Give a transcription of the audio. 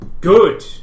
Good